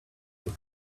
with